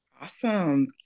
Awesome